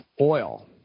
oil